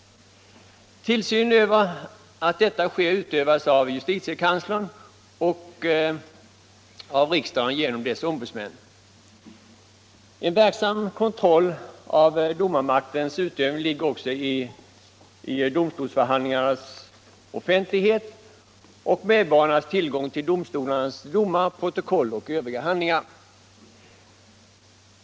Tillsynen över att detta sker utövas av justitiekanslern och av riksdagen genom dess ombudsmän. En verksam kontroll av domarmaktens utövning ligger också i domstolsförhandlingarnas offentlighet och medborgarnas tillgång till domstolarnas domar, protokoll och övriga handlingar.